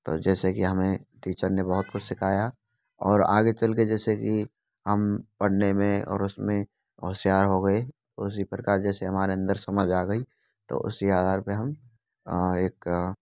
तो जैसे कि हमें टीचर ने बहुत कुछ सिखाया और आगे चलकर जैसे की हम पढ़ने में और उसमें होशियार हो गए उसी प्रकार जैसे हमारे अंदर समझ आ गई तो उसी आधार पर हम एक